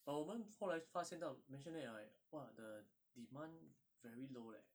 but 我们后来发现到 maisonette like !wah! the demand very low leh